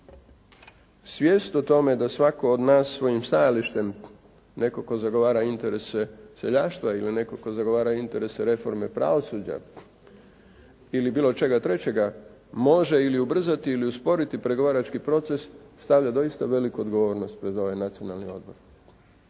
Svijest o tome da svatko od nas svojim stajalištem netko tko zagovara interese seljaštva ili netko tko zagovara interese reforme pravosuđa ili bilo čega trećega može ili ubrzati ili usporiti pregovarački proces stavlja doista veliku odgovornost pred ovaj Nacionalni odbor.